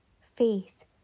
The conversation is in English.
faith